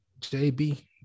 JB